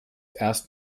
erst